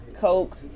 Coke